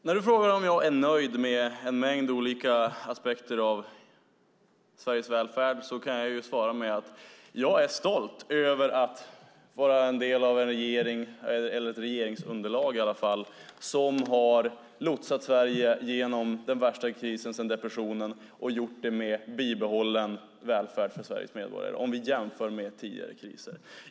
När du frågar om jag är nöjd med en mängd olika aspekter av Sveriges välfärd kan jag svara med att jag är stolt över att vara en del av ett regeringsunderlag som har lotsat Sverige genom den värsta krisen sedan depressionen och gjort det med bibehållen välfärd för Sveriges medborgare, om vi jämför med tidigare kriser.